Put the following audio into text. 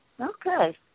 Okay